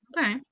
Okay